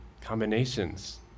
combinations